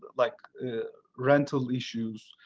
like rental issues,